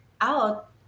out